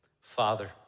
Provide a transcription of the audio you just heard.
Father